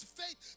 faith